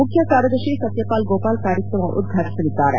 ಮುಖ್ಯ ಕಾರ್ಯದರ್ಶಿ ಸತ್ಯಗೋಪಾಲ್ ಕಾರ್ಯಕ್ರಮ ಉದ್ವಾಟಿಸಲಿದ್ದಾರೆ